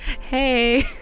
hey